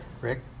Rick